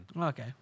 Okay